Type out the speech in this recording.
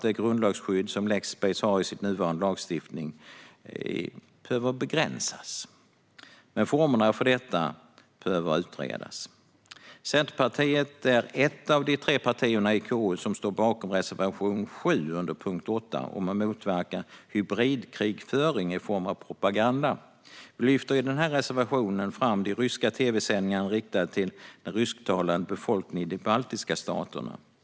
Det grundlagsskydd som Lexbase har i nuvarande lagstiftning behöver begränsas, men formerna för detta behöver utredas. Centerpartiet är ett av de tre partierna i KU som står bakom reservation 7 under punkt 8 om att motverka hybridkrigföring i form av propaganda. Vi lyfter i den här reservationen fram de ryska tv-sändningarna riktade till den rysktalande befolkningen i de baltiska staterna.